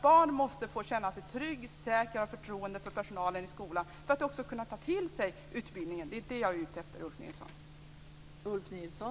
Barn måste få känna sig trygga, säkra och ha förtroende för personalen i skolan för att kunna ta till sig utbildningen. Det är vad jag är ute efter, Ulf Nilsson.